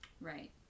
Right